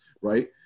right